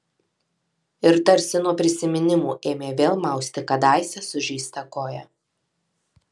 ir tarsi nuo prisiminimų ėmė vėl mausti kadaise sužeistą koją